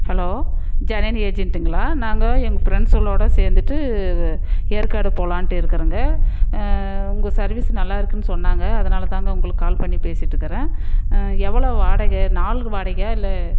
hello Janani ஏஜென்ட்டுங்களா நாங்கள் எங்கள் ஃபிரெண்ட்ஸுகளோட சேர்ந்துட்டு ஏற்காடு போகலான்ட்டு இருக்கிறோங்க உங்கள் சர்வீஸ் நல்லா இருக்குமென்னு சொன்னாங்க அதனால் தாங்க உங்களுக்கு கால் பண்ணி பேசிட்ருக்கிறேன் எவ்வளோ வாடகை நாள் வாடகையா இல்லை